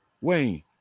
Wayne